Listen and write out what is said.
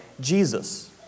Jesus